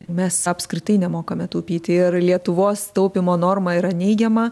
mes apskritai nemokame taupyti ir lietuvos taupymo norma yra neigiama